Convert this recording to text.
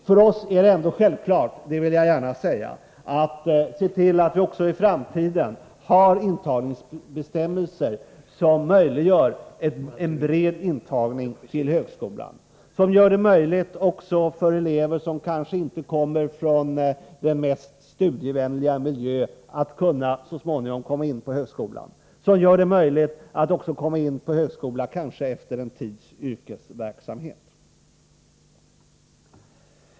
För oss är det ändå självklart — det vill jag gärna säga —att se till att vi också i framtiden har intagningsbestämmelser som möjliggör en bred intagning till högskolan, som gör det möjligt också för elever som inte kommer från den mest studievänliga miljön att så småningom komma in på högskolan, som gör det möjligt att komma in på högskolan också efter en tids yrkesverksamhet.